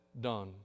done